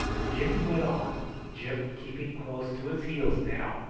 jimmy went on, gyp keeping close to his heels now,